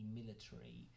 military